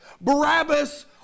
Barabbas